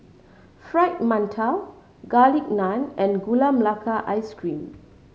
Fried Mantou Garlic Naan and Gula Melaka Ice Cream